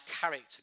character